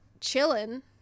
chilling